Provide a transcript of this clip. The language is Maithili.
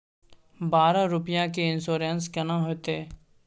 बारह रुपिया के इन्सुरेंस केना होतै?